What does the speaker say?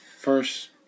first